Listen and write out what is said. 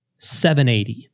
780